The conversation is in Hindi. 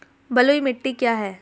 बलुई मिट्टी क्या है?